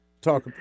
talk